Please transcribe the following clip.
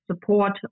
support